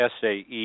sae